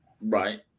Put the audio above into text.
Right